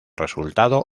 resultado